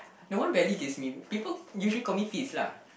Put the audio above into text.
no one barely gives me people usually call me Fiz lah